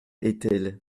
étel